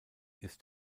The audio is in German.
ist